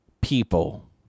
people